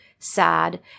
Sad